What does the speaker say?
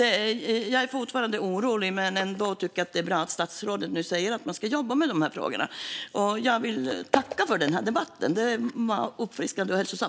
Jag är fortfarande orolig, men jag tycker ändå att det är bra att statsrådet nu säger att man ska jobba med de här frågorna. Jag vill tacka för debatten. Den var uppfriskande och hälsosam.